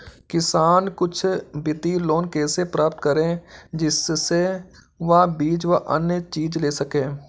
किसान कुछ वित्तीय लोन कैसे प्राप्त करें जिससे वह बीज व अन्य चीज ले सके?